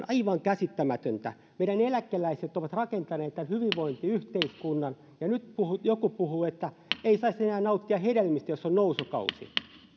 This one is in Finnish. aivan käsittämätöntä meidän eläkeläiset ovat rakentaneet tämän hyvinvointiyhteiskunnan ja nyt joku puhuu että ei saisi enää nauttia hedelmistä jos on nousukausi